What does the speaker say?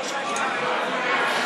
מוסד להשכלה גבוהה.